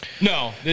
No